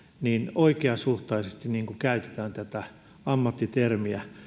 oikeasuhtaisesti niin kuin käytetään tätä ammattitermiä